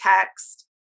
text